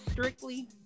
Strictly